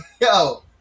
Yo